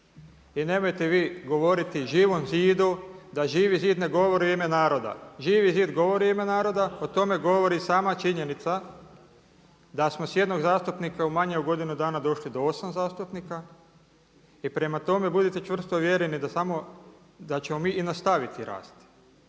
i nemojte vi govoriti Živom zidu da Živi zid ne govori u ime naroda. Živi zid govori u ime naroda, o tome govori sama činjenica da smo s jednog zastupnika u manje od godinu dana došli do 8 zastupnika. I prema tome, budite čvrsto uvjereni da samo, da ćemo mi i nastaviti rasti.